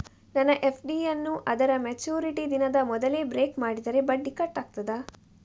ನನ್ನ ಎಫ್.ಡಿ ಯನ್ನೂ ಅದರ ಮೆಚುರಿಟಿ ದಿನದ ಮೊದಲೇ ಬ್ರೇಕ್ ಮಾಡಿದರೆ ಬಡ್ಡಿ ಕಟ್ ಆಗ್ತದಾ?